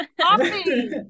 coffee